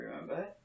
remember